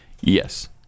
Yes